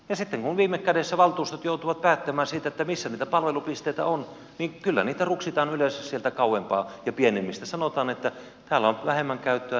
sitten kun viime kädessä valtuustot joutuvat päättämään siitä missä niitä palvelupisteitä on niin kyllä niitä ruksitaan yleensä sieltä kauempaa ja pienemmistä sanotaan että täällä on vähemmän käyttöä ja niin edelleen ja niin edelleen